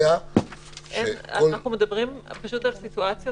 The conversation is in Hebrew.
שכל --- אנחנו פשוט מדברים על סיטואציה